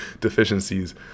deficiencies